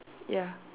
ya